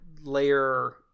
layer